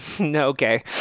Okay